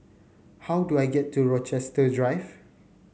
how do I get to Rochester Drive